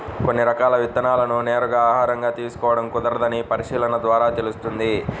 కొన్ని రకాల విత్తనాలను నేరుగా ఆహారంగా తీసుకోడం కుదరదని పరిశీలన ద్వారా తెలుస్తుంది